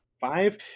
five